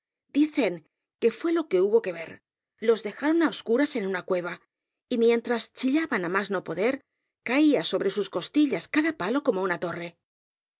dicen que fué lo que hubo que ver los dejaron á obscuras en una cueva y mientras chillaban á más no poder caía sobre sus costillas cada palo como una torre